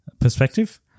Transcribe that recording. perspective